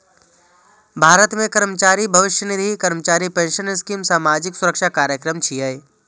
भारत मे कर्मचारी भविष्य निधि, कर्मचारी पेंशन स्कीम सामाजिक सुरक्षा कार्यक्रम छियै